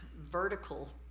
vertical